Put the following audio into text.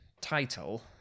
title